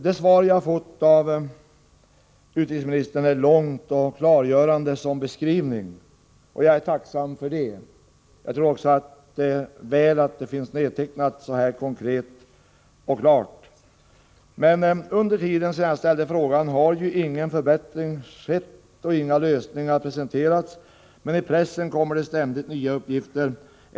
Det svar jag fått av utrikesministern är långt och klargörande som beskrivning, och jag är tacksam för det. Jag tror också att det är värdefullt att detta finns nedtecknat så här konkret och klart. Under tiden sedan jag ställde min fråga har ingen förbättring skett och inga lösningar presenterats, men i pressen kommer det ständigt nya uppgifter från Libanon.